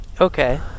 Okay